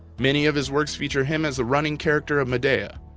many of his works feature him as the running character of madea,